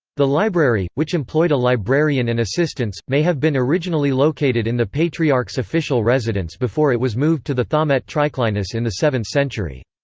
the library, which employed a librarian and assistants, may have been originally located in the patriarch's official residence before it was moved to the thomaites triclinus in the seventh century.